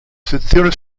sezione